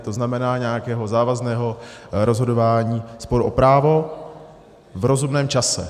To znamená nějakého závazného rozhodování sporu o právo v rozumném čase.